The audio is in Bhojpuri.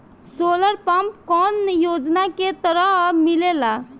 सोलर पम्प कौने योजना के तहत मिलेला?